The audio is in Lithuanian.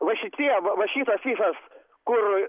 va šitie va šitas visas kur